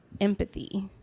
empathy